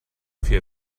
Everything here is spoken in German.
vier